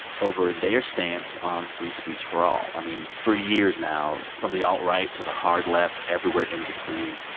over their stance on free speech for all. i mean, for years now, from the alt-right to the hard left, everywhere in between,